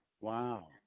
Wow